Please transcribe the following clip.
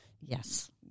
Yes